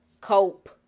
cope